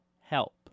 Help